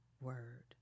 word